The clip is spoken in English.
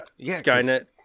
Skynet